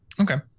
Okay